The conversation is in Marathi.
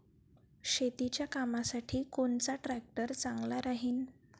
शेतीच्या कामासाठी कोनचा ट्रॅक्टर चांगला राहीन?